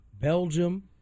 Belgium